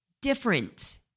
Different